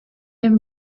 and